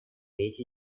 речь